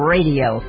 Radio